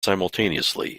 simultaneously